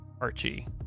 Archie